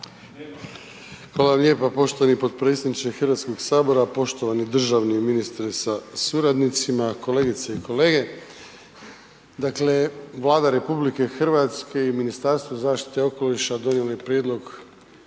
Hvala lijepo poštovani potpredsjedniče HS-a, poštovani državni ministre sa suradnicima, kolegice i kolege. Dakle, Vlada RH i Ministarstvo zaštite okoliša donijelo je prijedlog